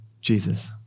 Jesus